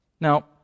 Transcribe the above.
Now